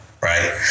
Right